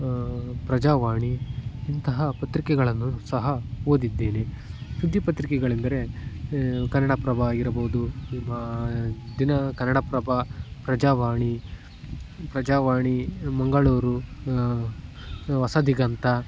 ಪ್ರಜಾವಾಣಿ ಇಂತಹ ಪತ್ರಿಕೆಗಳನ್ನು ಸಹ ಓದಿದ್ದೇನೆ ಸುದ್ದಿ ಪತ್ರಿಕೆಗಳೆಂದರೆ ಕನ್ನಡಪ್ರಭ ಆಗಿರಬಹುದು ನಿಮ್ಮ ದಿನ ಕನ್ನಡಪ್ರಭ ಪ್ರಜಾವಾಣಿ ಪ್ರಜಾವಾಣಿ ಮಂಗಳೂರು ಹೊಸದಿಗಂತ